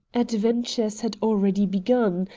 adventures had already begun,